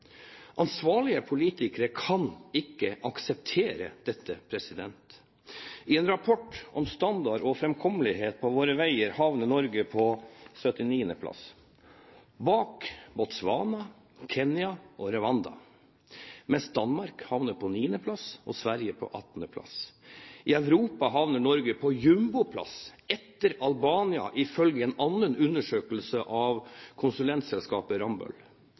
Ansvarlige politikere kan ikke akseptere dette. I en rapport om standard og fremkommelighet på våre veier havner Norge på 79. plass – bak Botswana, Kenya og Rwanda – mens Danmark havner på 9. plass og Sverige på 18. plass. I Europa havner Norge på jumboplass, etter Albania, ifølge en annen undersøkelse fra konsulentselskapet Rambøll.